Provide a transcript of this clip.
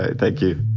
ah thank you.